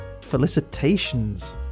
Felicitations